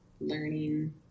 learning